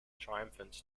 triumphant